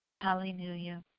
Hallelujah